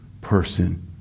person